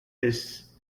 his